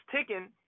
ticking